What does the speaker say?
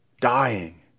dying